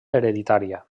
hereditària